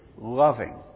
loving